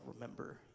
remember